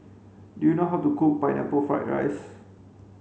do you know how to cook pineapple fried rice